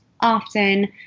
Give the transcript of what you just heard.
often